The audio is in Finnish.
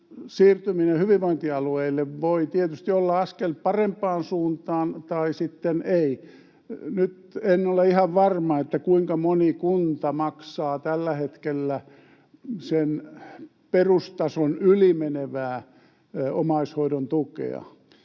siirtyminen hyvinvointialueille voi tietysti olla askel parempaan suuntaan tai sitten ei. Nyt en ole ihan varma, kuinka moni kunta maksaa tällä hetkellä sen perustason yli menevää omaishoidon tukea,